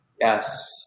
Yes